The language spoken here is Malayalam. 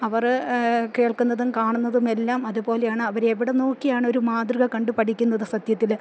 അവര് കേൾക്കുന്നതും കാണുന്നതും എല്ലാം അതുപോലെയാണ് അവര് എവിടെ നോക്കിയാണ് ഒരു മാതൃക കണ്ടുപഠിക്കുന്നത് സത്യത്തില്